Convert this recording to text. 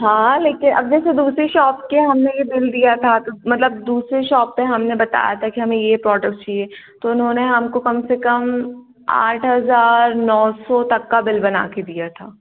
हाँ लेकिन अब जैसे दूसरी शॉप के हमने यह बिल दिया था तो मतलब दूसरी शॉप पर हमने बताया था कि हमें यह प्रोडक्ट्स चाहिए तो उन्होंने हमको कम से कम आठ हज़ार नौ सौ तक का बिल बनाकर दिया था